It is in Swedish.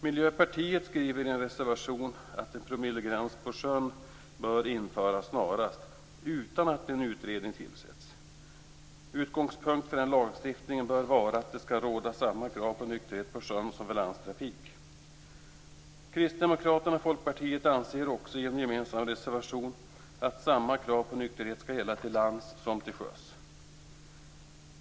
Miljöpartiet skriver i en reservation att en promillegräns på sjön bör införas snarast, utan att en utredning tillsätts. Utgångspunkt för den lagstiftningen bör vara att det skall råda samma krav på nykterhet på sjön som för landtrafik. Kristdemokraterna och Folkpartiet anser också i en gemensam reservation att samma krav på nykterhet skall gälla till lands som till sjöss.